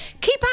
keep